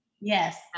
Yes